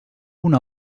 una